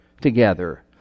together